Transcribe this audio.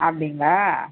அப்படிங்களா